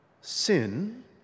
sin